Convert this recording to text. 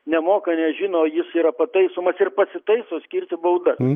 nemoka nežino jis yra pataisomas ir pasitaiso skirti baudas